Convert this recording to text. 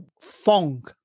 Fong